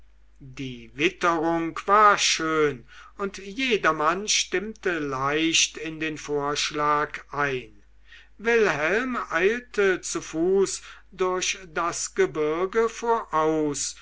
die witterung war schön und jedermann stimmte leicht in den vorschlag ein wilhelm eilte zu fuß durch das gebirge voraus